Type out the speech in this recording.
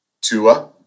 Tua